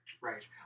right